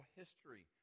history